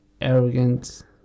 arrogant